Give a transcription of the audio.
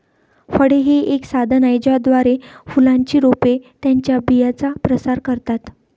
फळे हे एक साधन आहे ज्याद्वारे फुलांची रोपे त्यांच्या बियांचा प्रसार करतात